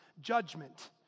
judgment